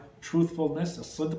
truthfulness